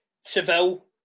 Seville